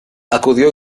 acudió